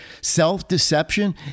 Self-deception